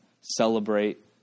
celebrate